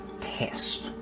test